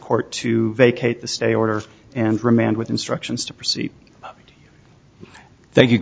court to vacate the stay order and remand with instructions to proceed thank you